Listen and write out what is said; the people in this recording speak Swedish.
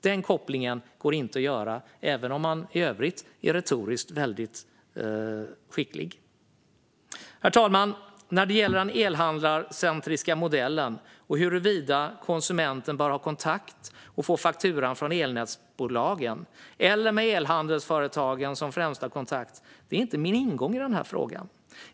Den kopplingen går inte att göra, även om man i övrigt är retoriskt väldigt skicklig. Herr talman! När det gäller den elhandlarcentriska modellen och huruvida konsumenten bör ha kontakt med och få fakturan från elnätsbolagen eller ha elhandelsföretagen som främsta kontakt är inte min ingång i den här frågan.